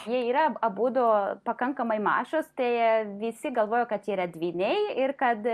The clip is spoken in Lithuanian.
jie yra abudu pakankamai mažos tai visi galvoja kad yra dvyniai ir kad